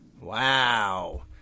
Wow